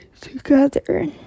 together